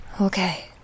Okay